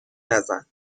نزن